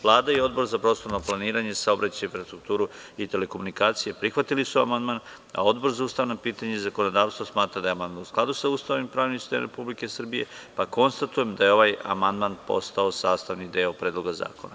Vlada i Odbor za prostorno planiranje, saobraćaj, infrastrukturu i telekomunikacije prihvatili su amandman, a Odbor za ustavna pitanja i zakonodavstvo smatra da je amandman u skladu sa Ustavom i pravnim sistemom Republike Srbije, pa konstatujem da je ovaj amandman postao sastavni deo Predloga zakona.